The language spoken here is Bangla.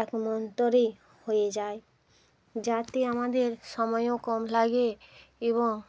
এক মন্তরেই হয়ে যায় যাতে আমাদের সময়ও কম লাগে এবং